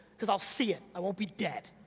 cause i'll see it, i won't be dead.